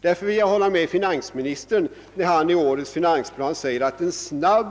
Därför vill jag hålla med finansministern, när han i årets finansplan säger, att en snabb